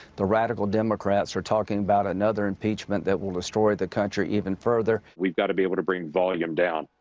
the radical democrats are talking about another impeachment that will destroy the country even further. we've got to be able to bring volume down.